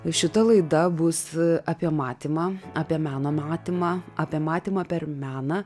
šita laida bus apie matymą apie meno matymą apie matymą per meną